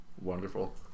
Wonderful